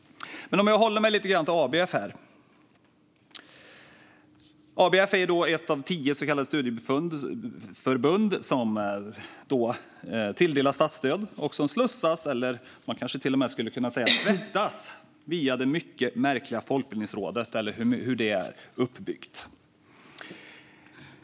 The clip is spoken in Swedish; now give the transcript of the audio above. Jag håller mig lite grann till ABF här. ABF är ett av tio så kallade studieförbund som tilldelas statsstöd. Man skulle kunna säga att pengar slussas, eller man skulle kanske till och med kunna säga tvättas, via det mycket märkliga Folkbildningsrådet och hur det är uppbyggt.